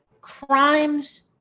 crimes